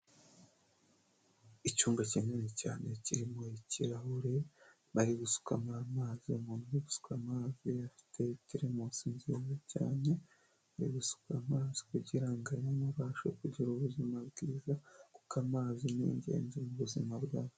Icyumba kinini cyane kiririmo ikirahure bari gusukamo amazi umuntu uri gusuka amazi afite teremusi nziza cyane, agiye gusuka amazi kugira ngo ayanywe abashe kugira ubuzima bwiza, kuko amazi ni ingenzi mu buzima bwacu.